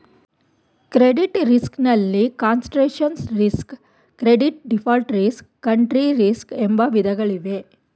credit risk ನಲ್ಲಿ concentration risk, credit default risk, country risk ಎಂಬ ವಿಧಗಳಿವೆ